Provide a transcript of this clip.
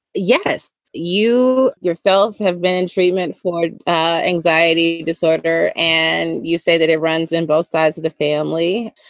yes, you yourself have been in treatment for anxiety disorder. and you say that it runs in both sides of the family.